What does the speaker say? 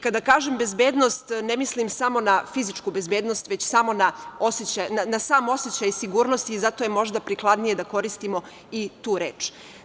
Kada kažem bezbednost, ne mislim samo na fizičku bezbednost, već na sam osećaj sigurnosti i zato je možda prikladnije da koristimo i tu reč.